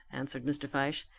answered mr. fyshe.